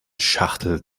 schachtel